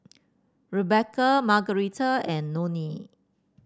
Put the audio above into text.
Rebekah Margarita and Nonie